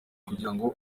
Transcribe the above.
kugirango